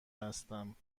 هستم